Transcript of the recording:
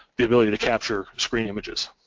the ability to capture screen images.